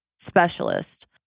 specialist